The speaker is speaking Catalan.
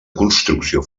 construcció